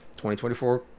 2024